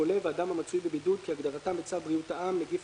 "חולה" ו"אדם המצוי בבידוד" כהגדרתם בצו בריאות העם (נגיף